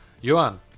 Yuan